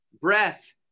Breath